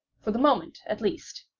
for the moment, at least,